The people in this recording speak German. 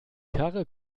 karre